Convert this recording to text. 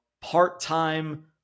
part-time